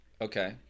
Okay